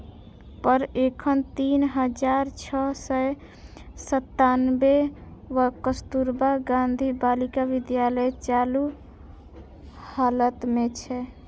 पर एखन तीन हजार छह सय सत्तानबे कस्तुरबा गांधी बालिका विद्यालय चालू हालत मे छै